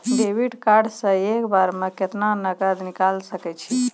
Debit card से एक बार मे केतना नगद निकाल सके छी?